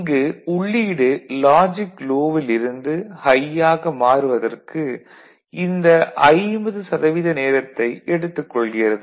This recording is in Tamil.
இங்கு உள்ளீடு லாஜிக் லோ வில் இருந்து ஹை ஆக மாறுவதற்கு இந்த 50 சதவீத நேரத்தை எடுத்துக் கொள்கிறது